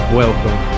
welcome